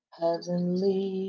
heavenly